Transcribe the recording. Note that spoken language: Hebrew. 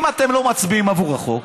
אם אתם לא מצביעים עבור החוק,